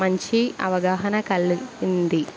మంచి అవగాహన కలిగి ఉంది